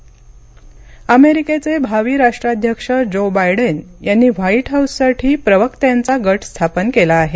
America बायडमी अमेरिकेचे भावी राष्ट्राध्यक्ष जो बायडेन यांनी व्हाइट हाउससाठी प्रवक्त्यांचा गट स्थापन केला आहे